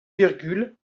virgule